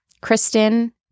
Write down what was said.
Kristen